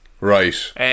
Right